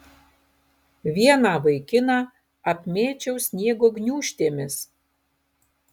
vieną vaikiną apmėčiau sniego gniūžtėmis